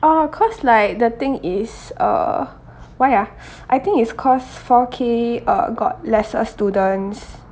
oh cause like the thing is uh why ah I think it's cause four K uh got lesser students